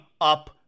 up